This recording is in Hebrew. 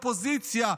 אופוזיציה,